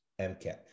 MCAT